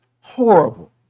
horrible